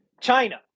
China